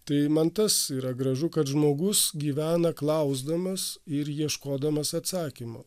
tai man tas yra gražu kad žmogus gyvena klausdamas ir ieškodamas atsakymo